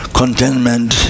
contentment